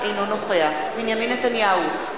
אינו נוכח בנימין נתניהו,